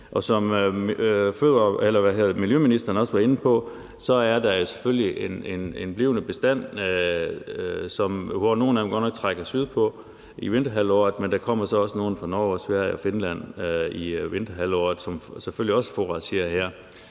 Som miljøministeren også var inde på, er der selvfølgelig en blivende bestand, hvor nogle af dem godt nok trækker syd på i vinterhalvåret, men hvor der så også kommer nogle fra Norge, Sverige og Finland i vinterhalvåret, som selvfølgelig også fouragerer her.